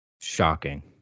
Shocking